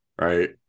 right